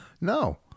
No